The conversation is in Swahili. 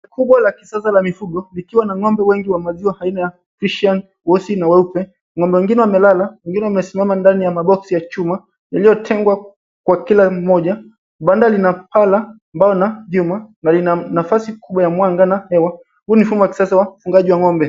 Shamba kubwa la kisasa la mifugo, likiwa na ng'ombe wengi wa maziwa, aina ya fresian weusi, na weupe. Ng'ombe wengine wamelala, wengine wamesimama ndani ya maboksi ya chuma, yaliyotengwa kwa kila mmoja. Banda lina paa la mbao na vyuma, na lina nafasi ya mwanga na hewa, huu ni mfumo wa kisasa wa ufugaji wa ng'ombe.